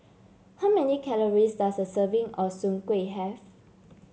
how many calories does a serving of Soon Kuih have